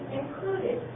included